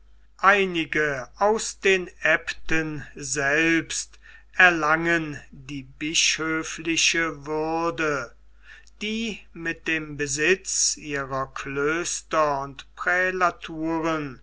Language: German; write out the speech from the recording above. einige aus den aebten selbst erlangen die bischöfliche würde die mit dem besitz ihrer klöster und prälaturen